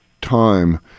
time